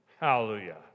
Hallelujah